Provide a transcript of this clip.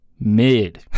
mid